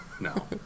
no